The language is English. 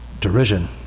derision